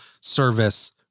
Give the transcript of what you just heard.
service